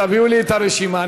תביאו לי את הרשימה,